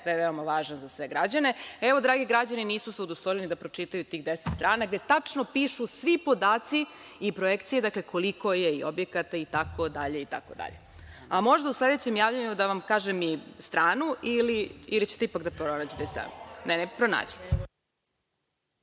da je veoma važan za sve građane, evo, dragi građani, nisu se udostojili ni da pročitaju tih deset strana gde tačno pišu svi podaci i sve projekcije koliko je objekata itd. Možda u sledećem javljanju da vam kažem i stranu ili ćete ipak da pronađete sami? Ne, pronađite.